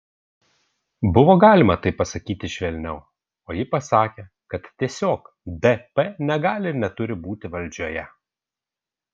buvo galima tai pasakyti švelniau o ji pasakė kad tiesiog dp negali ir neturi būti valdžioje